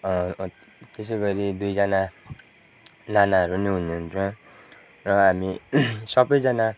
त्यसै गरी दुईजना नानाहरू पनि हुनुहुन्छ र हामी सबैजना